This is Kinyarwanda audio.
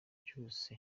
byose